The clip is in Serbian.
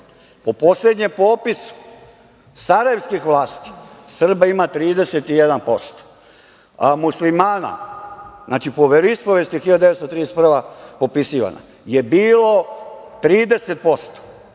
Po poslednjem popisu sarajevskih vlasti Srba ima 31%, a muslimana, znači, po veroispovesti 1931. popisivana, je bilo 30%,